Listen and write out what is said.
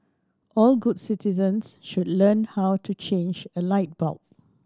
all good citizens should learn how to change a light bulb